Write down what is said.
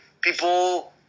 people